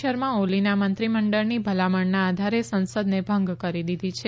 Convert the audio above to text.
શર્મા ઓલીના મંત્રીમંડળની ભલામણના આધારે સંસદને ભંગ કરી દીધી છે